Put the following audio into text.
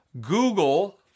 Google